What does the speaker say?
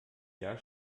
jahr